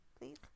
Please